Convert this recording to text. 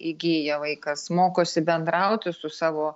įgija vaikas mokosi bendrauti su savo